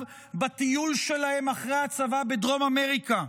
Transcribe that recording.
בטיול שלהם אחרי הצבא בדרום אמריקה,